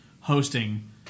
hosting